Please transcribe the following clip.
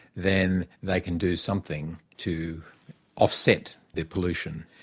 then they can do something to offset their pollution.